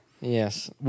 Yes